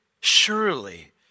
surely